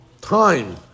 time